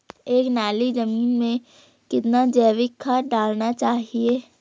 एक नाली जमीन में कितना जैविक खाद डालना चाहिए?